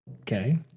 Okay